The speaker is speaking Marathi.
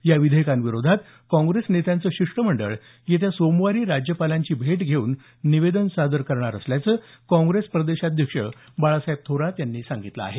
या विधेयकांविरोधात काँग्रेस नेत्यांचं शिष्टमंडळ येत्या सोमवारी राज्यपालांची भेट घेऊन निवेदन देणार असल्याचं काँग्रेस प्रदेशाध्यक्ष बाळासाहेब थोरात यांनी सांगितलं आहे